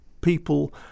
people